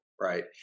right